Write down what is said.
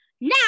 Now